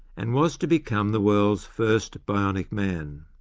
and was to become the world's first bionic man.